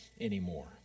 anymore